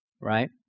right